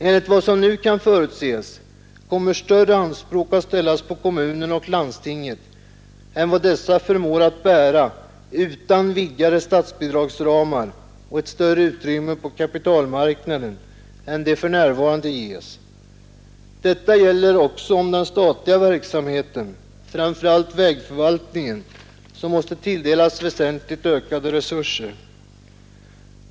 Enligt vad som nu kan förutses kommer större anspråk att ställas på kommunerna och landstinget än vad dessa förmår att bära utan vidgade statsbidragsramar och ett större utrymme på kapitalmarknaden än vad de för närvarande ges. Detta gäller också den statliga verksamheten, framför allt vägförvaltningen, som måste tilldelas väsentligt ökade resurser.